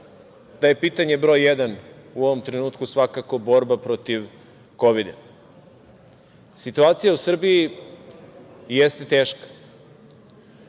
da je pitanje broj 1. u ovom trenutku svakako borba protiv Kovida. Situacija u Srbiji jeste teška,